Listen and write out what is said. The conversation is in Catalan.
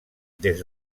des